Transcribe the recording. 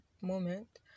moment